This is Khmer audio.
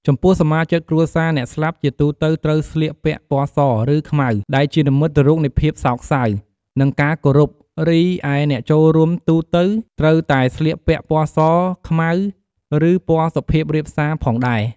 ចំំពោះសមាជិកគ្រួសារអ្នកស្លាប់ជាទូទៅត្រូវស្លៀកពាក់ ពណ៌ស ឬខ្មៅ ដែលជានិមិត្តរូបនៃភាពសោកសៅ និងការគោរព រីឯអ្នកចូលរួមទូទៅត្រូវតែស្លៀកពាក់ពណ៌សខ្មៅឬពណ៌សុភាពរាបសាផងដែរ។